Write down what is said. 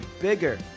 bigger